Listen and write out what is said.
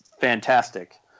fantastic